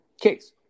case